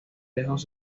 lejos